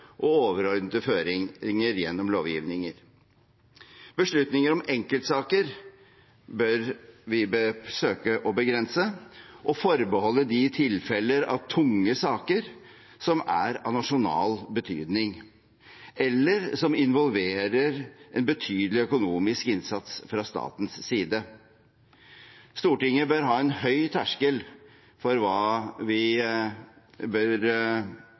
og gi overordnede føringer gjennom lovgivning. Beslutninger om enkeltsaker bør vi søke å begrense og forbeholde de tilfeller av tunge saker som er av nasjonal betydning, eller som involverer betydelig økonomisk innsats fra statens side. Stortinget bør ha en høy terskel for hva vi bør